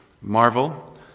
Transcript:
marvel